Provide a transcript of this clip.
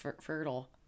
fertile